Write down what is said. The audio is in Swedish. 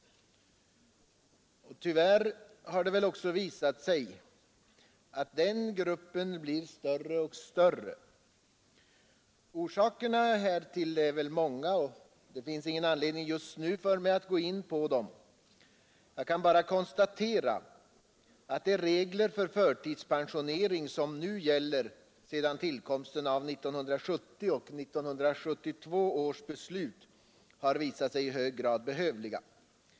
Tyvärr har det också visat sig att den gruppen blir större och större. Orsakerna härtill är många, och det finns ingen anledning för mig att nu gå in på dem. Jag kan bara konstatera att de regler för förtidspensionering, som nu gäller sedan tillkomsten av 1970 och 1972 års beslut, har visat sig i hög grad behövliga.